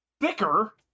thicker